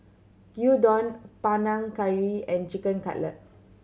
Gyudon Panang Curry and Chicken Cutlet